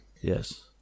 Yes